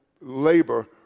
labor